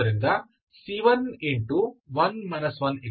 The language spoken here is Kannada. ಆದ್ದರಿಂದ c10 ಅನ್ನು ನೀಡುತ್ತದೆ